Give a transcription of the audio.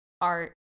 art